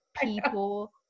people